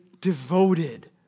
devoted